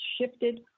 shifted